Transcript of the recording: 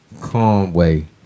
Conway